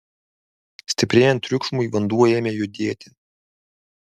stiprėjant triukšmui vanduo ėmė judėti